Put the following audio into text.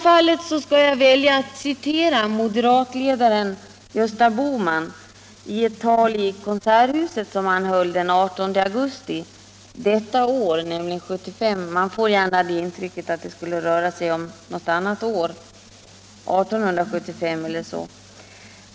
Jag skall citera vad moderatledaren Gösta Bohman sade i ett tal i Konserthuset den 18 augusti 1975 — i år alltså, man får gärna det intrycket att det skulle röra sig om 1875 eller så.